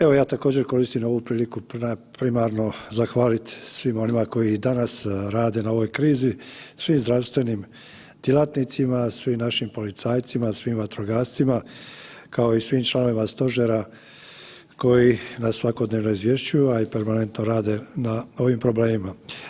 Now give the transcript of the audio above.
Evo ja također koristim ovu priliku primarno zahvaliti svima onima koji i danas rade na ovoj krizi, svim zdravstvenim djelatnicima, svim našim policajcima, svim vatrogascima kao i svim članovima Stožera koji nas svakodnevno izvješćuju, a i permanentno rade na ovim problemima.